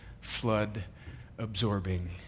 flood-absorbing